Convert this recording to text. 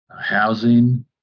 housing